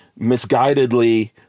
misguidedly